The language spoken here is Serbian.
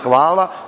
Hvala.